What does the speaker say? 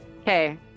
Okay